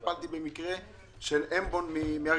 טיפלתי במקרה של אברהם אמבון מארגנטינה,